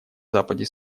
западе